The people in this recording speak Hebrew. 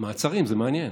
מעצרים זה מעניין.